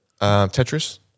Tetris